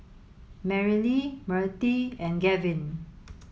Merrilee Mirtie and Gavyn